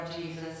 Jesus